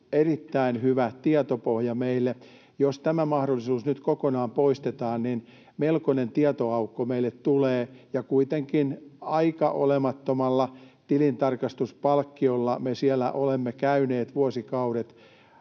erittäin hyvä tietopohja meille. Jos tämä mahdollisuus nyt kokonaan poistetaan, niin melkoinen tietoaukko meille tulee, ja kuitenkin aika olemattomalla tilintarkastuspalkkiolla me siellä olemme käyneet vuosikaudet.